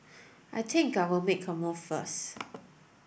I think I will make a move first